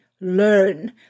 learn